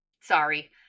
sorry